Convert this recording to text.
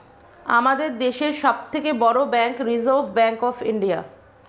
আমাদের দেশের সব থেকে বড় bank reserve bank of India